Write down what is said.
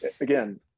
again